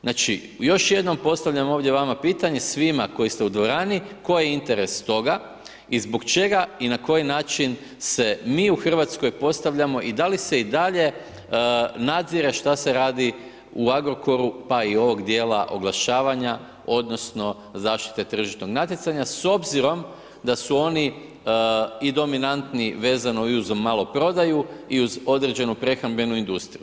Znači još jednom postavljam ovdje vama pitanje svima koji ste u dvorani, koji je interes toga i zbog čega i na koji način se mi u Hrvatskoj postavljamo i da li se i dalje nadzire šta se radi u Agrokoru pa i ovog djela oglašavanja odnosno zaštite tržišnog natjecanja s obzirom da su oni i dominantni vezano i uz maloprodaju i uz određenu prehrambenu industriju.